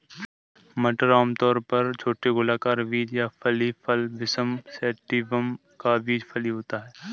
मटर आमतौर पर छोटे गोलाकार बीज या फली फल पिसम सैटिवम का बीज फली होता है